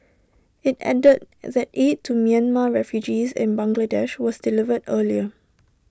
IT added that aid to Myanmar refugees in Bangladesh was delivered earlier